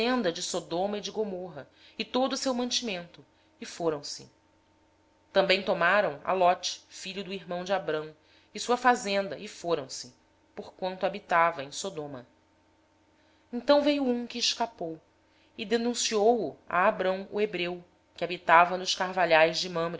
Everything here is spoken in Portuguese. de sodoma e de gomorra com todo o seu mantimento e se foram tomaram também a ló filho do irmão de abrão que habitava em sodoma e os bens dele e partiram então veio um que escapara e o contou a abrão o hebreu ora este habitava junto dos carvalhos de